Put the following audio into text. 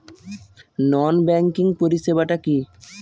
নন banking পরিষেবা টা কি?